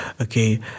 Okay